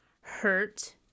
hurt